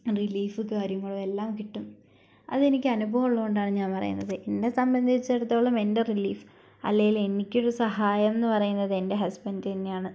റിലീഫും കാര്യങ്ങളും എല്ലാം കിട്ടും അതെനിക്ക് അനുഭവമുള്ളതുകൊണ്ടാണ് ഞാൻ പറയുന്നത് എന്നെ സംബന്ധിച്ചെടുത്തോളം എൻ്റെ റിലീഫ് അല്ലെങ്കിൽ എനിക്കൊരു സഹായമെന്നു പറയുന്നത് എൻ്റെ ഹസ്ബന്റ് തന്നെയാണ്